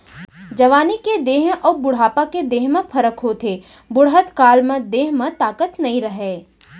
जवानी के देंह अउ बुढ़ापा के देंह म फरक होथे, बुड़हत काल म देंह म ताकत नइ रहय